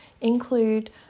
include